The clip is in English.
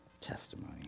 testimony